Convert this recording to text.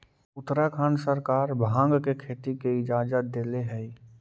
उत्तराखंड सरकार भाँग के खेती के इजाजत देले हइ